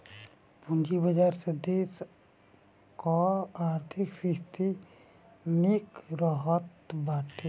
पूंजी बाजार से देस कअ आर्थिक स्थिति निक रहत बाटे